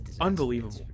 unbelievable